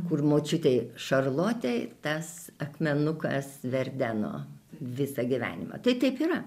kur močiutei šarlotei tas akmenukas verdeno visą gyvenimą tai taip yra